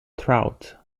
trout